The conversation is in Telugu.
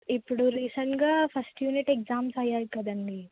ఇప్పుడు రీసెంట్గా ఫస్ట్ యూనిట్ ఎగ్జామ్స్ అయ్యాయి కదండీ